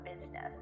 business